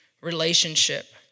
relationship